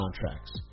contracts